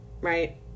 right